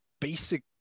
basic